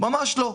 ממש לא.